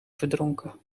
verdronken